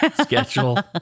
schedule